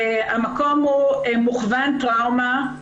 המקום הוא מוכוון טראומה,